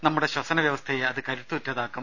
നമ്മുടെ ശ്വസന വ്യവസ്ഥയെ അത് കരുത്തുറ്റതാക്കും